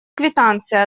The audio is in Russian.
квитанция